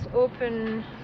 open